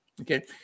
okay